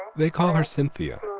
they call her cynthia,